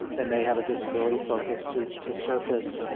and they have a disability focus to to surface,